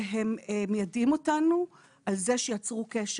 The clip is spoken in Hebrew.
שהם מיידעים אותנו על זה שיצרנו קשר,